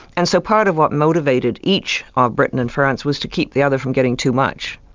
and so part of what motivated each ah of britain and france was to keep the other from getting too much.